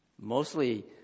Mostly